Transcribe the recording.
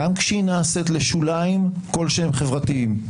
גם כשהיא נעשית לשוליים כלשהם חברתיים,